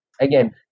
Again